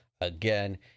again